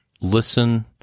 listen